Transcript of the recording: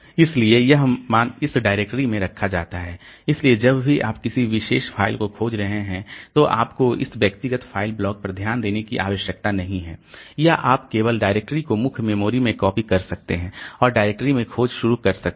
इसलिए यह मान इस डायरेक्टरी में रखा जाता है इसलिए जब भी आप किसी विशेष फ़ाइल को खोज रहे हैं तो आपको इस व्यक्तिगत फ़ाइल ब्लॉक पर ध्यान देने की आवश्यकता नहीं है या आप केवल डायरेक्टरी को मुख्य मेमोरी में कॉपी कर सकते हैं और डायरेक्टरी में खोज शुरू कर सकते हैं